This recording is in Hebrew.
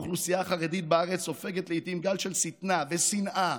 האוכלוסייה החרדית בארץ סופגת לעיתים גל של שטנה ושנאה